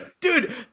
Dude